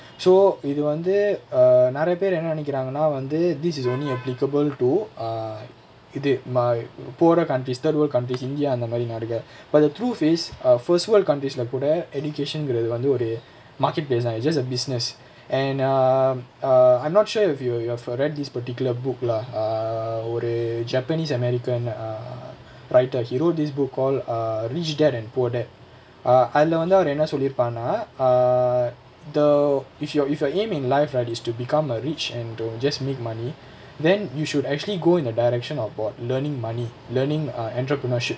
so இது வந்து:ithu vanthu err நிறைய பேர் என்ன நினைக்குறாங்கனா வந்து:niraiya per enna ninnaikkuraanganaa vanthu this is only applicable to err இது:ithu my poorer countries third world countries india அந்தமாரி நாடுங்க:anthamaari naadunga but the truth is err first world countries lah கூட:kooda education குரது வந்து ஒரு:kurathu vanthu oru marketplace lah it's just a business and err um err I'm not sure if you've read this particular book lah err ஒரு:oru japanese american err writer he wrote this books called err richtar and porter err அதுல வந்து அவரு என்ன சொல்லிருபாருனா:athula vanthu avaru enna solliruppaarunaa err the if your if your aim in life right is to become a rich and don't just make money then you should actually go into the directions of about learning money learning err entrepreneurship